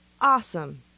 awesome